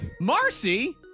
Marcy